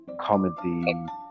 comedy